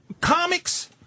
comics